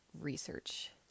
research